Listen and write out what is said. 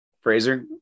Fraser